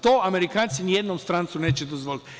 To Amerikanci nijednom strancu neće dozvoliti.